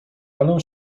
elę